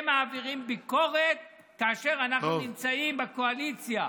הם מעבירים ביקורת כאשר אנחנו נמצאים בקואליציה,